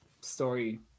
story